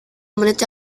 menit